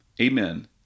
Amen